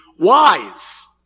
wise